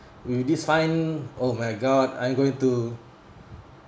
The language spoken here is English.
oh this fine oh my god I'm going to